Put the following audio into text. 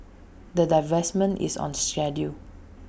the divestment is on schedule